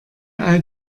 all